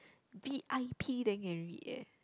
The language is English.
v_i_p then can read eh